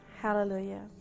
Hallelujah